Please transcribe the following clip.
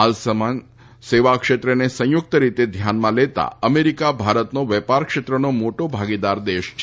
માલ સામાન સેવા ક્ષેત્રને સંયુક્ત રીતે ધ્યાનમાં લેતા અમેરિકા ભારતનો વેપાર ક્ષેત્રને મોટો ભાગીદાર દેશ છે